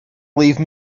leave